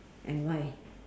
and why